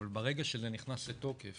אבל ברגע שזה נכנס לתוקף